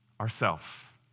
ourself